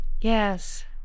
Yes